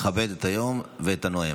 לכבד את היום ואת הנואם.